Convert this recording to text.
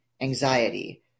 anxiety